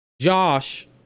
Josh